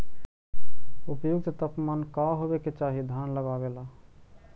उपयुक्त तापमान का होबे के चाही धान लगावे ला?